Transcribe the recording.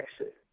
exit